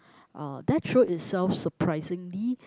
uh that show itself surprisingly